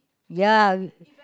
ya